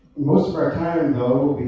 most of our time, though,